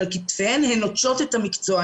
כתפיהם והם נוטשים את המקצוע.